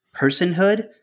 personhood